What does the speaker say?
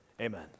amen